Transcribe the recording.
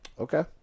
Okay